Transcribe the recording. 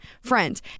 friends